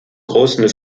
großen